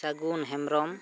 ᱥᱟᱹᱜᱩᱱ ᱦᱮᱢᱵᱨᱚᱢ